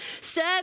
serve